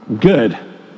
good